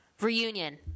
Reunion